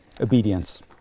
obedience